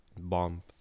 bomb